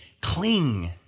cling